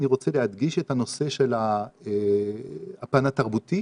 אני רוצה להדגיש את הנושא של הפן התרבותי